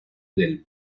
del